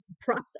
props